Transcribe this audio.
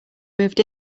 moved